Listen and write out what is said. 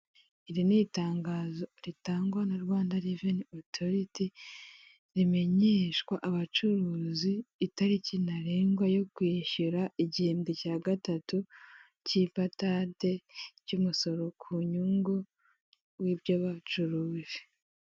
Iri ni itangazo ritangwa na rwanda reven authorid rimenyeshwa abacuruzi itariki ntarengwa yo kwishyura igihembwe cya gatatu cy'ipatade ry'umusoro ku nyungu w'ibyo bacuruje.